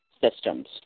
Systems